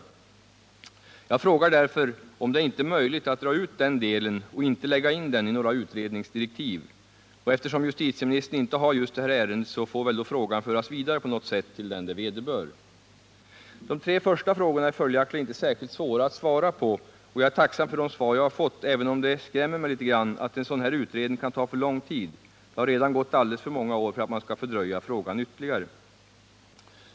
Jag frågar därför om det inte är möjligt att dra ut den delen och inte lägga in den i några utredningsdirektiv. Eftersom justitieministern inte har just det här ärendet, får väl frågan på något sätt föras vidare till den det vederbör. De tre första frågorna är följaktligen inte särskilt svåra att svara på, och jag är tacksam för de svar som jag har fått, även om det skrämmer mig litet grand att en sådan här utredning kan ta för lång tid. Det har redan gått alldeles för många år för att man skall fördröja frågans avgörande ytterligare.